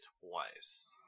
twice